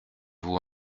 vous